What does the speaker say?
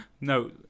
No